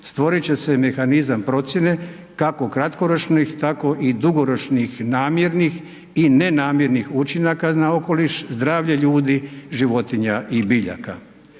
stvorit će se mehanizam procjene kako kratkoročnih tako i dugoročnih namjernih i nenamjernih učinaka na okoliš, zdravlje ljudi, životinja i biljaka.